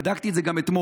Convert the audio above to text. ובדקתי את זה גם אתמול,